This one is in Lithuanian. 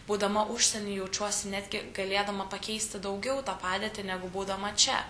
būdama užsieny jaučiuosi netgi galėdama pakeisti daugiau tą padėtį negu būdama čia